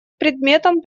предметом